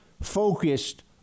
focused